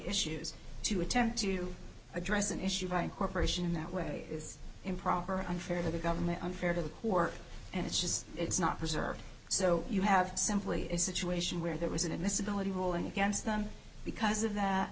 issues to attempt to address an issue by corporation in that way is improper unfair to the government unfair to the court and it's just it's not preserved so you have simply a situation where there was an admissibility ruling against them because of that